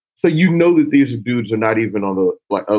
so you know that these dudes are not even on the lot. ah